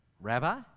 Rabbi